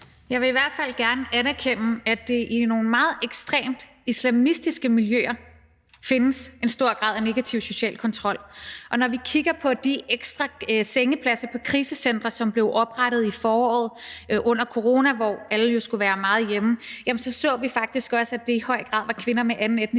Jeg vil i hvert fald gerne anerkende, at der i nogle meget ekstremt islamistiske miljøer findes en høj grad af negativ social kontrol. Og når vi kigger på de ekstra sengepladser på krisecentre, som blev oprettet i foråret under corona, hvor alle jo skulle være meget hjemme, så så vi faktisk også, at det i høj grad var kvinder med anden etnisk